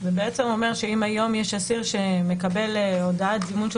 זה בעצם אומר שאם היום יש אסיר שמקבל הודעת זימון שהוא